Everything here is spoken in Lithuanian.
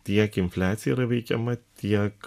tiek infliacija yra veikiama tiek